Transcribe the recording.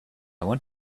want